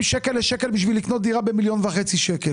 שקל לשקל בשביל לקנות דירה במיליון וחצי ₪,